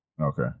okay